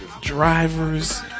drivers